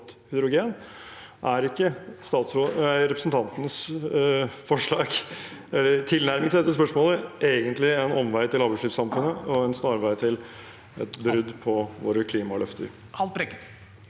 – nei, representantens! – tilnærming til dette spørsmålet egentlig en omvei til lavutslippssamfunnet og en snarvei til et brudd på våre klimaløfter?